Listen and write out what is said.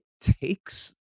takes